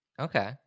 Okay